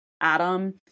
Adam